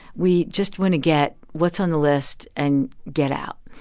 we just want to get what's on the list and get out.